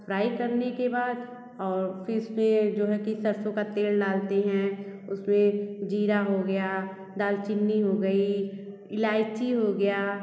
fry करने के बाद फिर उसमें जो है कि सरसों का तेल डालते हैं उसमें ज़ीरा हो गया दालचीनी हो गई इलाईची हो गया